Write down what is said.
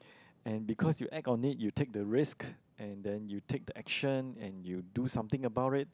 and because you act on it you take the risk and then you take the action and you do something about it